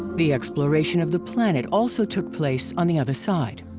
the exploration of the planet also took place on the other side.